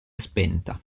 spenta